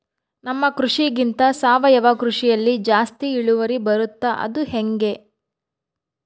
ನಮ್ಮ ಕೃಷಿಗಿಂತ ಸಾವಯವ ಕೃಷಿಯಲ್ಲಿ ಜಾಸ್ತಿ ಇಳುವರಿ ಬರುತ್ತಾ ಅದು ಹೆಂಗೆ?